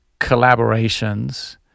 collaborations